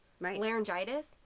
laryngitis